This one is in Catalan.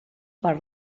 part